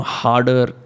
harder